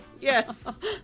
Yes